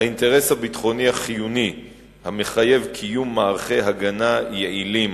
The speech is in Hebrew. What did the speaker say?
האינטרס הביטחוני החיוני המחייב קיום מערכי הגנה יעילים